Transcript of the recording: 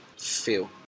feel